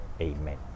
Amen